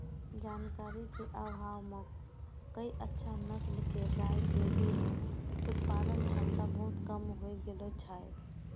जानकारी के अभाव मॅ कई अच्छा नस्ल के गाय के दूध उत्पादन क्षमता बहुत कम होय गेलो छै